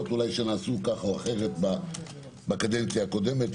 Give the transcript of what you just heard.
שנעשו אולי כך או אחרת בקדנציה הקודמת.